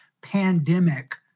pandemic